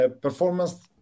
Performance